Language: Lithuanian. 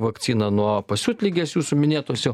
vakciną nuo pasiutligės jūsų minėtos jau